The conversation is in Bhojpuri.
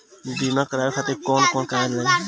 बीमा कराने खातिर कौन कौन कागज लागी?